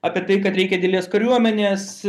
apie tai kad reikia didelės kariuomenės